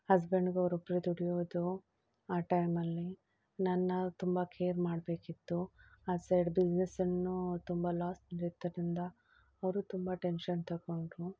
ಹಸ್ಬೆಂಡ್ಗವ್ರು ಒಬ್ಬರೆ ದುಡಿಯೋದು ಆ ಟೈಮಲ್ಲಿ ನನ್ನ ತುಂಬ ಕೇರ್ ಮಾಡಬೇಕಿತ್ತು ಆ ಸೈಡ್ ಬಿಸ್ನೆಸನ್ನು ತುಂಬ ಲಾಸಾದ್ದರಿಂದ ಅವರು ತುಂಬ ಟೆನ್ಷನ್ ತಗೊಂಡ್ರು